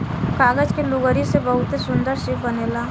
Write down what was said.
कागज के लुगरी से बहुते सुन्दर शिप बनेला